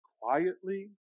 quietly